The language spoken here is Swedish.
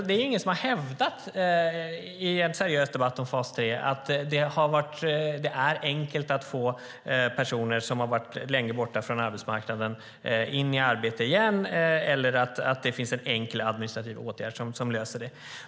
Det är ingen som har hävdat i en seriös debatt om fas 3 att det är enkelt att få personer som har varit borta länge från arbetsmarknaden in i arbete igen eller att det finns en enkel administrativ åtgärd som löser det.